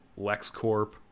LexCorp